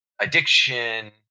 addiction